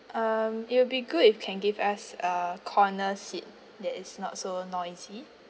um it will be good if can give us a corner seat that is not so noisy